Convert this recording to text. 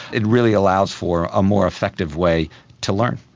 it really allows for a more effective way to learn.